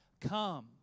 Come